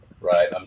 right